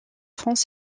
france